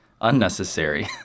unnecessary